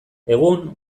egun